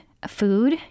Food